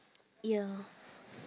ya